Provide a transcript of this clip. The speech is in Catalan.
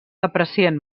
aprecien